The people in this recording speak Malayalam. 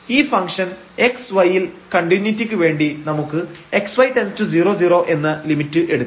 ഈ ഫംഗ്ഷൻx y യിൽ കണ്ടിന്യൂയിറ്റിക്ക് വേണ്ടി നമുക്ക് xy→0 0 എന്ന ലിമിറ്റ് എടുക്കാം